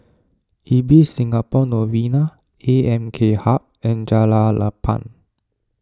Ibis Singapore Novena A M K Hub and Jalan Lapang